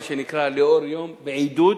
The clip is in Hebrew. מה שנקרא, לאור יום, בעידוד,